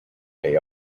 they